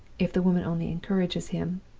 if the woman only encourages him.